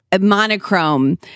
Monochrome